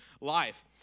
life